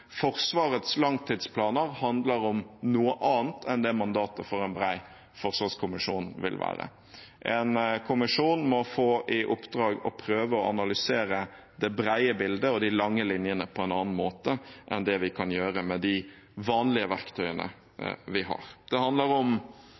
Forsvarets langtidsplaner handler om noe annet enn det mandatet for en bred forsvarskommisjon vil være. En kommisjon må få i oppdrag å prøve å analysere det brede bildet og de lange linjene på en annen måte enn det vi kan gjøre med de vanlige verktøyene